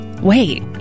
wait